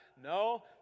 No